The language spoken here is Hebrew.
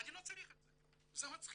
אני לא צריך את זה, זה מצחיק,